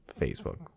Facebook